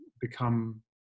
become